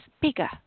bigger